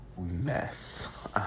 mess